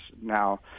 now